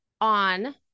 on